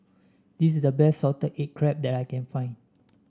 this is the best Salted Egg Crab that I can find